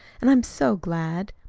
and i'm so glad.